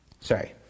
sorry